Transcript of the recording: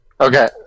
Okay